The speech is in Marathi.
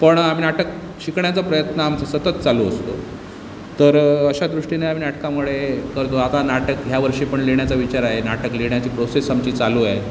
पण आम्ही नाटक शिकण्याचा प्रयत्न आमचा सतत चालू असतो तर अशा दृष्टीने आम्ही नाटकामुळे करतो आता नाटक ह्यावर्षी पण लिहिण्याचा विचार अहे नाटक लिहिण्याची प्रोसेस आमची चालू आहे